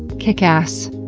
kick ass.